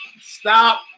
stop